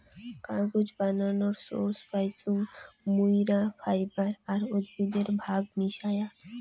কাগজ বানানোর সোর্স পাইচুঙ মুইরা ফাইবার আর উদ্ভিদের ভাগ মিশায়া